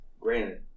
granted